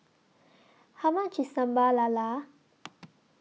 How much IS Sambal Lala